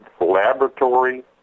laboratory